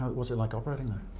what's it like operating there?